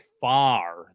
far